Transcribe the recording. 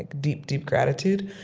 deep, deep gratitude.